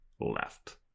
left